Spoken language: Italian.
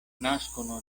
nascono